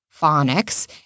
phonics